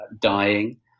dying